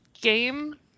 game